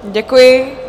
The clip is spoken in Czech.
Děkuji.